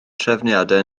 trefniadau